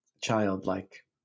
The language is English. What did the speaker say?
childlike